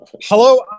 Hello